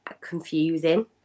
confusing